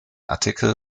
artikel